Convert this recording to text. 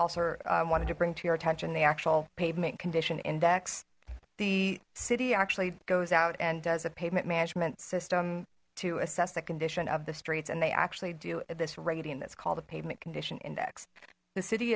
also wanted to bring to your attention the actual pavement condition index the city actually goes out and does a pavement management system to assess the condition of the streets and they actually do this rating that's called a pavement condition index the city